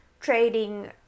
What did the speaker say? trading